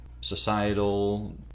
societal